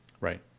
right